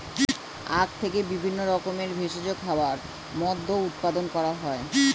আখ থেকে বিভিন্ন রকমের ভেষজ খাবার, মদ্য উৎপাদন করা হয়